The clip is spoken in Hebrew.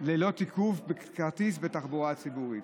ללא תיקוף כרטיס בתחבורה ציבורית.